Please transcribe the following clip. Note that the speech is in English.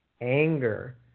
anger